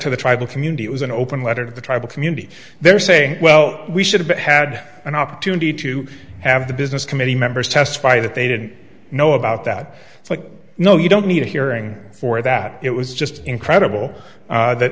to the tribal community it was an open letter to the tribal community there saying well we should have had an opportunity to have the business committee members testify that they did know about that it's like no you don't need a hearing for that it was just incredible that